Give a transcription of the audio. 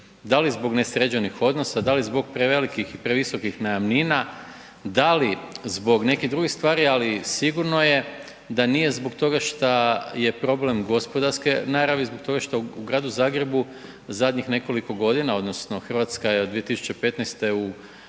Da li zbog nesređenih odnosa, da li zbog prevelikih i previsokih najamnina, da li zbog nekih drugih stvari, ali sigurno je da nije zbog toga što je problem gospodarske naravi zbog toga što u gradu Zagrebu zadnjih nekoliko godina, odnosno Hrvatska je od 2015. u